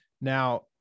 Now